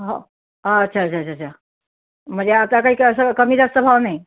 हो अच्छा अच्छा अच्छा अच्छा म्हणजे आता काही की असं कमी जास्त भाव नही